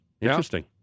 Interesting